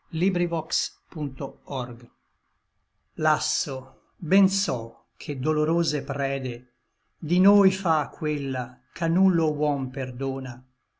vaghe lasso ben so che dolorose prede di noi fa quella ch'a nullo huom perdona